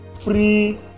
free